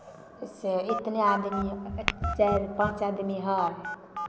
से इतने आदमी चारि पाँच आदमी हइ